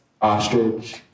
Ostrich